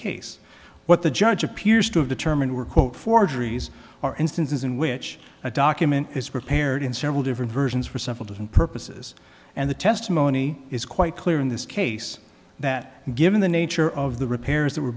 case what the judge appears to have determined were quote forgeries or instances in which a document is prepared in several different versions for several different purposes and the testimony is quite clear in this case that given the nature of the repairs that were